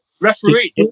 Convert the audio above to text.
Referee